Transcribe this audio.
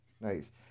Nice